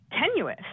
tenuous